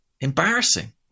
embarrassing